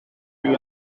view